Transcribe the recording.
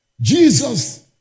Jesus